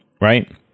right